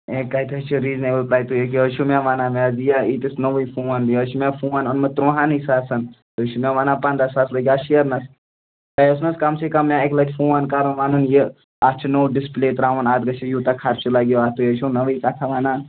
ہے کَتہِ حظ چھِ ریٖزنیٚبُل تُہۍ کیٛاہ حظ چھُ مےٚ ونان مےٚ حظ یِیہِ ہا ییٖتِس نوٚوُے فون یہِ حظ چھُ مےٚ فون اوٚنمُت تُرہانٕے ساسن تُہۍ چھُو مےٚ وَنان پنٛداہ ساس لٔگۍ اَتھ شیرنَس تۄہہِ اوس نہَ حظ کَم سے کَم مےٚ اَکہِ لٹہِ فون کَرُن ونُن یہِ اَتھ چھُ نوٚو ڈِسپُلے ترٛاوُن اَتھ گژھوٕ یوٗتاہ خرچہٕ لَگوٕ اَتھ تُہۍ حظ چھِو نوٕے کَتھا وَنان